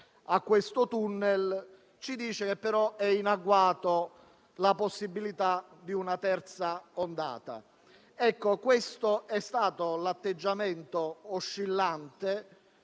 a questo tunnel, ma che è in agguato la possibilità di una terza ondata. Questo è stato l'atteggiamento oscillante